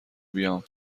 بیام